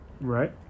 Right